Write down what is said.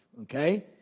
okay